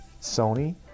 Sony